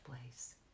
place